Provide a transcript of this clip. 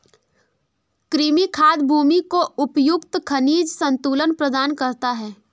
कृमि खाद भूमि को उपयुक्त खनिज संतुलन प्रदान करता है